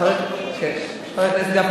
חבר הכנסת גפני,